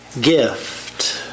gift